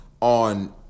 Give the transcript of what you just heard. on